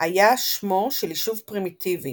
היה שמו של יישוב פרימיטיבי,